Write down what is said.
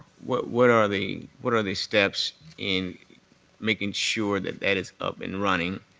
what what are the what are the steps in making sure that that is up and running?